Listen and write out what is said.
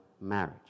marriage